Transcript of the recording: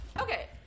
Okay